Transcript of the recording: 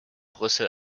brüssel